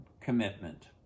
commitment